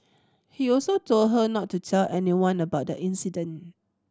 he also told her not to tell anyone about the incident